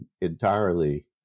entirely